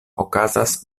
okazas